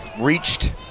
reached